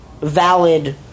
valid